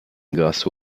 grâce